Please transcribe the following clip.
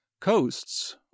Coasts